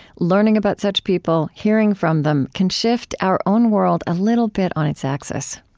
learning about such people, hearing from them, can shift our own world a little bit on its axis.